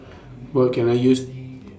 What Can I use